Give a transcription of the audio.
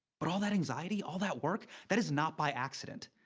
but all that anxiety? all that work? that is not by accident.